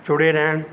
ਜੁੜੇ ਰਹਿਣ